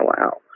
wow